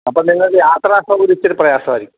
അപ്പോൾ നിങ്ങൾക്ക് യാത്ര അപ്പോൾ ഒരിച്ചിരി പ്രയാസമായിരിക്കും